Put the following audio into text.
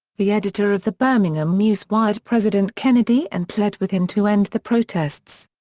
the editor of the birmingham news wired president kennedy and pled with him to end the protests.